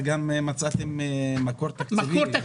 מצאתם גם מקור תקציבי,